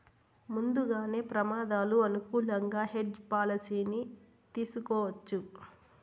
ముందుగానే ప్రమాదాలు అనుకూలంగా హెడ్జ్ పాలసీని తీసుకోవచ్చు